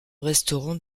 restaurant